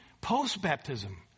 post-baptism